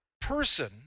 person